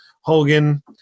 Hogan